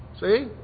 See